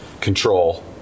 control